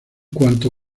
cuanto